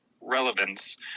relevance